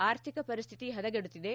ಆರ್ಥಿಕ ಪರಿಸ್ಹಿತಿ ಹದಗೆಡುತ್ತಿದೆ